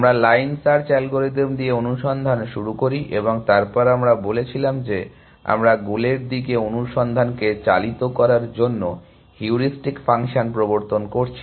আমরা line search algorithm দিয়ে অনুসন্ধান শুরু করি এবং তারপর আমরা বলেছিলাম যে আমরা গোলের দিকে অনুসন্ধানকে চালিত করার জন্য হিউরিস্টিক ফাংশন প্রবর্তন করছি